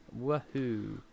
Woohoo